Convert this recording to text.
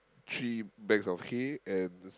three bags of hay and